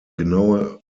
genaue